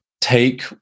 take